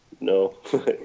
no